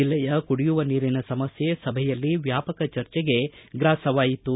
ಜಿಲ್ಲೆಯ ಕುಡಿಯುವ ನೀರಿನ ಸಮಸ್ಟೆ ಸಭೆಯಲ್ಲಿ ವ್ಹಾಪಕ ಚರ್ಚೆಗೆ ಗ್ರಾಸವಾಯಿತು